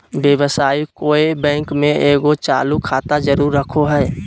व्यवसायी कोय बैंक में एगो चालू खाता जरूर रखो हइ